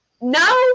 No